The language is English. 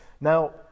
now